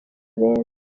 benshi